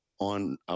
on